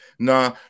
Nah